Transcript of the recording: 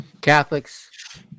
Catholics